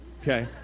Okay